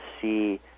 see